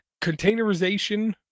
containerization